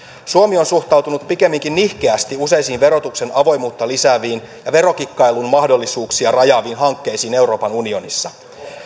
suomi on suhtautunut pikemminkin nihkeästi useisiin verotuksen avoimuutta lisääviin ja verokikkailun mahdollisuuksia rajaaviin hankkeisiin euroopan unionissa